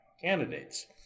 candidates